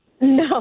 No